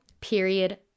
period